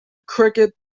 cricket